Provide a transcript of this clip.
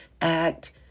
act